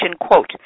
quote